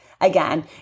again